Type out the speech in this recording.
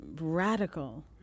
radical